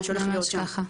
מה שהולך להיות שם.